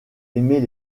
aimait